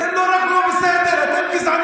אתם לא רק לא בסדר, אתם גזענים.